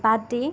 বাদ দি